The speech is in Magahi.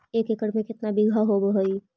एक एकड़ में केतना बिघा होब हइ?